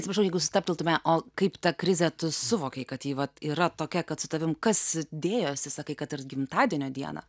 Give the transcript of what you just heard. atsiprašau jeigu stabteltume o kaip tą krizę tu suvokei kad ji vat yra tokia kad su tavim kas dėjosi sakai kad ir gimtadienio dieną